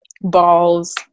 balls